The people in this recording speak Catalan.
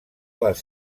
les